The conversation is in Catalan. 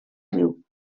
riu